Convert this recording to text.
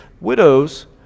widows